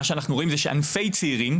אנחנו רואים שענפי צעירים,